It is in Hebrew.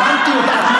הבנתי אותך.